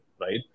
right